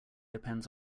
depends